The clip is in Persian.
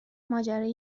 ماجرای